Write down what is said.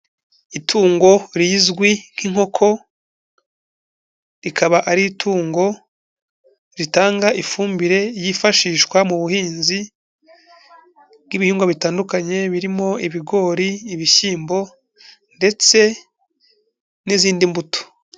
Itungo rizwi nk'inkoko, rikaba ari itungo ritanga ifumbire yifashishwa mu buhinzi bw'ibihingwa bitandukanye birimo ibigori, ibishyimbo ndetse n'izindi mbuto.